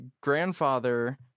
grandfather